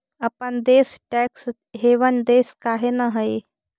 अपन देश tax haven देश काहे न हई?